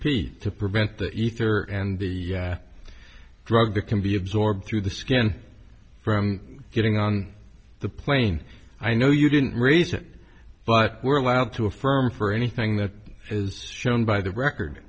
p to prevent the ether and the drug that can be absorbed through the skin from getting on the plane i know you didn't raise it but we're allowed to affirm for anything that is shown by the record